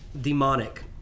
demonic